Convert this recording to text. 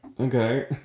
Okay